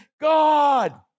God